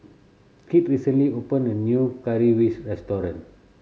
Kit recently opened a new Currywurst restaurant